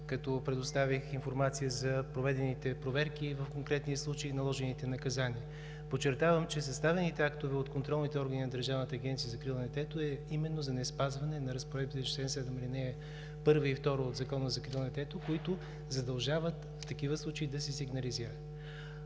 като предоставих информация за проведените проверки в конкретния случай, за наложените наказания. Подчертавам, че съставените актове от контролните органи на Държавната агенция за закрила на детето са именно за неспазване на разпоредбите на чл. 7, ал. 1 и 2 от Закона за закрила на детето, които задължават в такива случаи да се сигнализира.